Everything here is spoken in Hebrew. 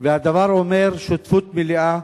והדבר אומר שותפות מלאה,